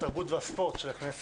התרבות והספורט של הכנסת.